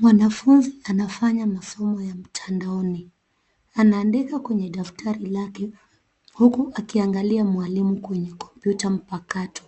Mwanafunzi anafanya masomo ya mtandaoni. Anaandika kwenye daftrari lake huku akiangalia mwalimu kwenye kompyuta mpakato.